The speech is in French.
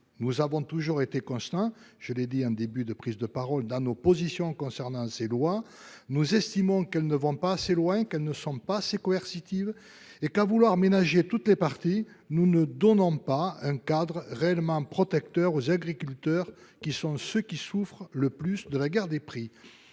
Nous avons toujours été constants- je l'ai dit -dans nos positions concernant ces lois. Nous estimons qu'elles ne vont pas assez loin, qu'elles ne sont pas assez coercitives et qu'à vouloir ménager toutes les parties nous ne donnons pas un cadre réellement protecteur aux agriculteurs qui sont ceux qui souffrent le plus de la guerre des prix.